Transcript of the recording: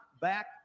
back